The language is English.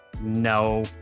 no